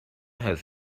has